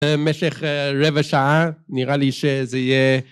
במשך רבע שעה נראה לי שזה יהיה...